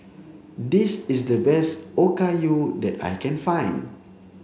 this is the best Okayu that I can find